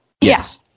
yes